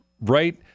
right